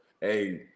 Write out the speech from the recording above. Hey